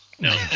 no